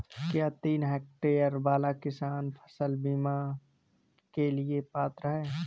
क्या तीन हेक्टेयर वाला किसान फसल बीमा के लिए पात्र हैं?